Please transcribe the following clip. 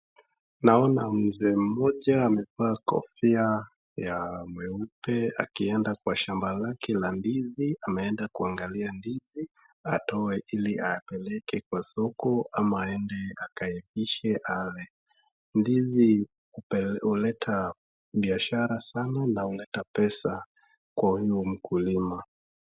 Naona mzee mmoja amevaa kofia ya mweupe, akienda kwa shamba lake la ndizi. Ameenda kuangalia ndizi atoe ili apeleke kwa soko ama aende akaivishe ale. Ndizi hupe, huleta biashara sana na huleta pesa kwa huyu mkulima.